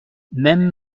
même